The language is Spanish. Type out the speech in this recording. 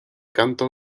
canto